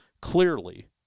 clearly